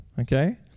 Okay